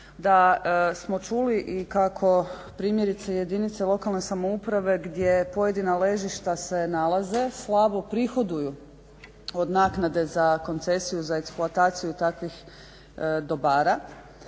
da smo čuli i kako primjerice jedinice lokalne samouprave gdje pojedina ležišta se nalaze slabo prihoduju od naknade za koncesiju za eksploataciju takvih dobara,